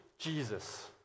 Jesus